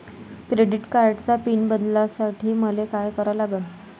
Credit कार्डाचा pin बदलासाठी मले का करा लागन?